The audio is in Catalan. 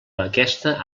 aquesta